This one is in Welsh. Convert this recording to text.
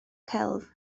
celf